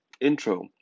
intro